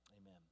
Amen